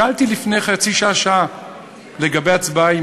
שאלתי לפני חצי שעה או שעה לגבי הצבעה,